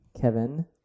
Kevin